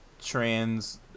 trans